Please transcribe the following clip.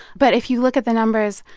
but if you look at the numbers,